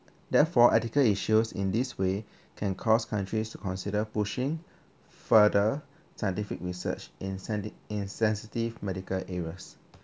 therefore ethical issues in this way can cause countries to consider pushing further scientific research in sen~ in sensitive medical areas